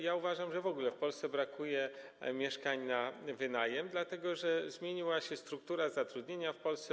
Ja uważam, że w ogóle w Polsce brakuje mieszkań na wynajem, dlatego że zmieniła się struktura zatrudnienia w Polsce.